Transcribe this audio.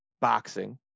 boxing